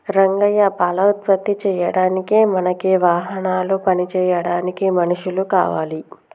రంగయ్య పాల ఉత్పత్తి చేయడానికి మనకి వాహనాలు పని చేయడానికి మనుషులు కావాలి